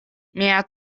mia